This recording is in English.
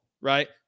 right